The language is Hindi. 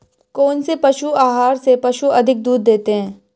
कौनसे पशु आहार से पशु अधिक दूध देते हैं?